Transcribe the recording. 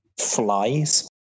flies